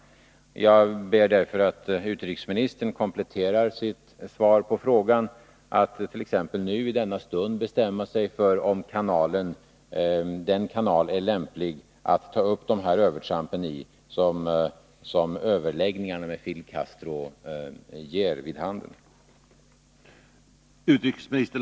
Jag ber därför att utrikesministern kompletterar sitt svar på frågan och t.ex. nu i denna stund bestämmer sig för att det är lämpligt att ta upp dessa övertramp i överläggningarna med Fidel Castro.